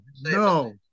no